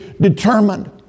determined